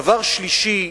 דבר שלישי,